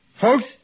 Folks